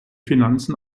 finanzen